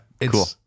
cool